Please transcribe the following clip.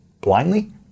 blindly